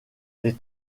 les